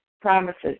promises